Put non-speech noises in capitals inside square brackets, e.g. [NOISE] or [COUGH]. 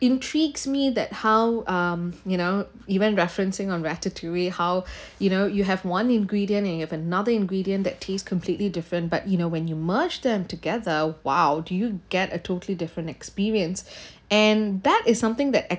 intrigues me that how um you know even referencing on ratatouille how [BREATH] you know you have one ingredient and you have another ingredient that tastes completely different but you know when you merge them together !wow! do you get a totally different experience [BREATH] and that is something that